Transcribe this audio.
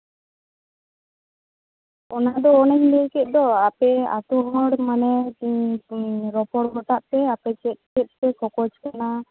ᱚᱱᱟ ᱫᱚ ᱚᱱᱮᱧ ᱞᱟᱹᱭ ᱠᱮᱫ ᱫᱚ ᱟᱯᱮ ᱟᱛᱳ ᱦᱚᱲ ᱢᱟᱱᱮ ᱛᱤᱧ ᱨᱚᱯᱚᱲ ᱜᱚᱴᱟᱜ ᱯᱮ ᱟᱯᱮ ᱪᱮᱫᱼᱪᱮᱫ ᱯᱮ ᱠᱷᱚᱠᱚᱡᱽ ᱠᱟᱱᱟ